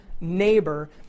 neighbor